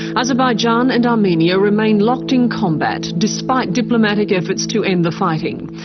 azerbaijan and armenia remain locked in combat, despite diplomatic efforts to end the fighting.